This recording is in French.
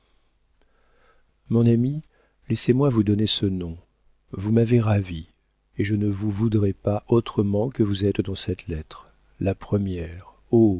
mon ami laissez-moi vous donner ce nom vous m'avez ravie et je ne vous voudrais pas autrement que vous êtes dans cette lettre la première